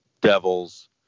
Devils